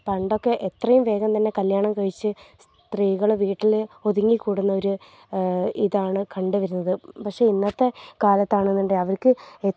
പണ്ടൊക്കെ എത്രയും വേഗം തന്നെ കല്ല്യാണം കഴിച്ച് സ്ത്രീകൾ വീട്ടിൽ ഒതുങ്ങിക്കൂടുന്ന ഒരു ഇതാണ് കണ്ട് വരുന്നത് പക്ഷെ ഇന്നത്തെ കാലത്താണെന്നുണ്ടെങ്കിൽ അവർക്ക്